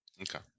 okay